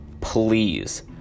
Please